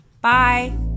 bye